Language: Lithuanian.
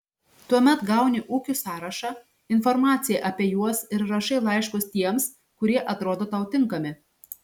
tuomet gauni ūkių sąrašą informaciją apie juos ir rašai laiškus tiems kurie atrodo tau tinkami